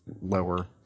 lower